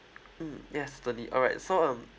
mm yes certainly alright so um